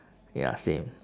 ya same